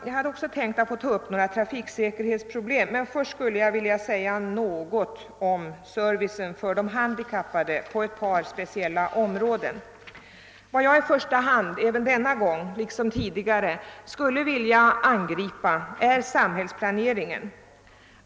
Jag hade också tänkt att ta upp några trafiksäkerhetsproblem men först skulle jag vilja säga något om servicen för de handikappade på ett par speciella områden. Vad jag i första hand nu liksom tidigare skulle vilja angripa är samhällsplaneringen.